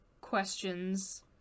questions